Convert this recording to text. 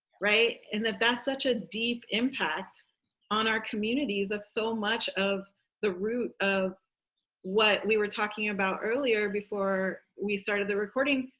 right? and that's such a deep impact on our communities as so much of the root of what we were talking about earlier before we started the recording.